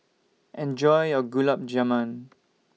Enjoy your Gulab Jamun